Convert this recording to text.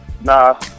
nah